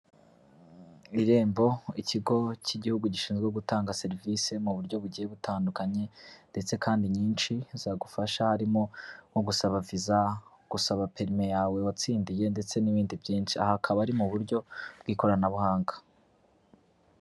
Irembo, ikigo k'igihugu gishinzwe gutanga serivisi mu buryo bugiye butandukanye ndetse kandi nyinshi zagufasha, harimo nko gusaba viza, gusaba perime yawe watsindiye, ndetse n'ibindi byinshi, aha akaba ari mu buryo bw'ikoranabuhanga.